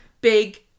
big